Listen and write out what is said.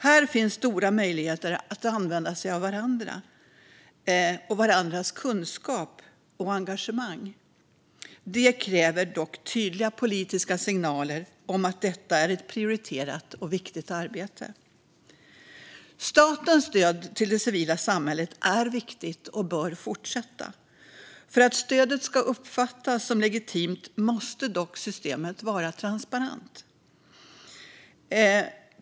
Här finns stora möjligheter att använda sig av varandra och av varandras kunskap och engagemang. Det kräver dock tydliga politiska signaler om att detta är ett prioriterat och viktigt arbete. Statens stöd till det civila samhället är viktigt och bör fortsätta. För att stödet ska uppfattas som legitimt måste dock systemet vara transparent.